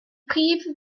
prif